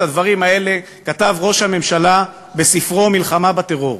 את הדברים האלה כתב ראש הממשלה בספרו "מלחמה בטרור",